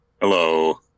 Hello